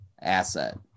asset